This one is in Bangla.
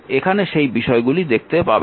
এখানে সেই বিষয়গুলি দেখতে পাবেন না